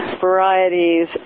varieties